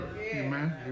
Amen